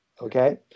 okay